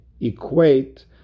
equate